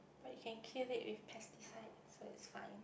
but you kill it with pesticide so is fine